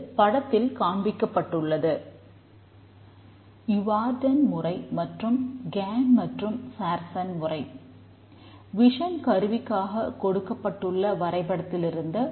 இது படத்தில் காண்பிக்கப்பட்டுள்ளது